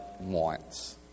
wants